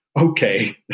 okay